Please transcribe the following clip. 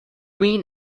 wien